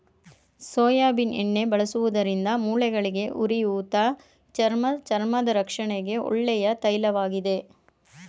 soybean ಎಣ್ಣೆ ಬಳಸುವುದರಿಂದ ಮೂಳೆಗಳಿಗೆ, ಉರಿಯೂತ, ಚರ್ಮ ಚರ್ಮದ ರಕ್ಷಣೆಗೆ ಒಳ್ಳೆಯ ತೈಲವಾಗಿದೆ